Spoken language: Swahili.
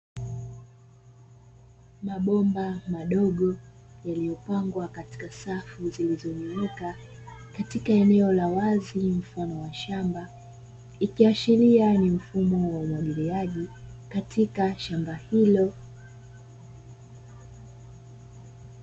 Mabomba madogo yaliyopangwa katika safu zilizonyooka, katika eneo la wazi mfano wa shamba ikiashiria ni mfumo wa umwagiliaji katika shamba hilo.